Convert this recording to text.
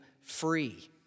free